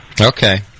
Okay